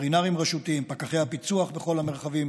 לווטרינרים רשותיים, פקחי הפיצו"ח בכל המרחבים